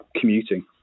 commuting